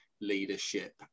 leadership